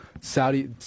Saudi